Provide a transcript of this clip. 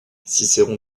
cicéron